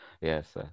Yes